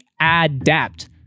Adapt